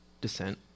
Descent